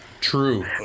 True